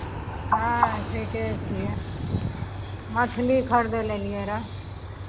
हँ ठीके छियै मछली खरीदय लए एलियै रहए